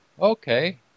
okay